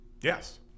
yes